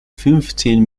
fünfzehn